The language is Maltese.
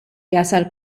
jasal